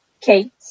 Kate